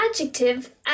adjective